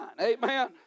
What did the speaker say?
amen